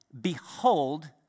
Behold